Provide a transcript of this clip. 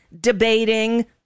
debating